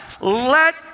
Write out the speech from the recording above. let